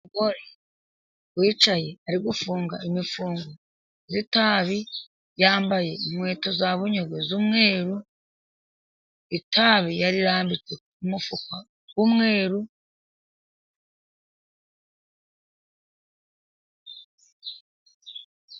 Umugore wicaye ari gufunga imifungo y'itabi, yambaye inkweto za bunyogwe z'umweru, itabi yarirambitse k'umufuka w'umweru.